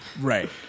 Right